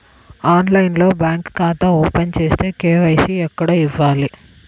ఆన్లైన్లో బ్యాంకు ఖాతా ఓపెన్ చేస్తే, కే.వై.సి ఎక్కడ ఇవ్వాలి?